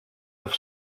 neuf